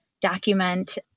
document